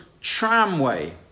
tramway